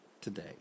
today